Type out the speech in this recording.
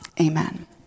Amen